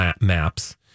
maps